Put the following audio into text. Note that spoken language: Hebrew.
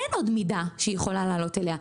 אין עוד מידה שהיא יכולה לעלות אליה,